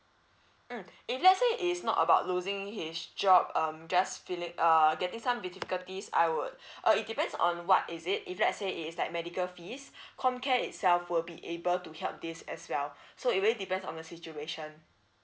mm if let's say it's not about losing his job um just feeling err getting some difficulties I would uh it depends on what is it if let's say it's like medical fees comcare itself will be able to help this as well so it really depends on the situation